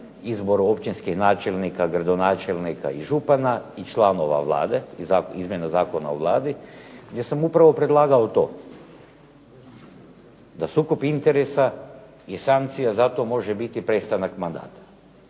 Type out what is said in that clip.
izboru općinskih načelnika, gradonačelnika i župana i članova Vlade, izmjena Zakona o Vladi, gdje sam upravo predlagao to, da sukob interesa i sankcija za to može biti prestanak mandata.